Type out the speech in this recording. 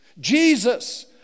Jesus